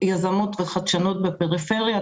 יזמות וחדשנות בפריפריה.